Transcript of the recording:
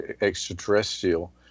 extraterrestrial